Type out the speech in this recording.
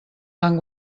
han